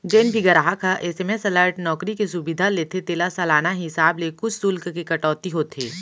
जेन भी गराहक ह एस.एम.एस अलर्ट नउकरी के सुबिधा लेथे तेला सालाना हिसाब ले कुछ सुल्क के कटौती होथे